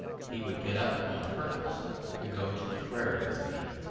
he would get up on purpose to go to prayer with me,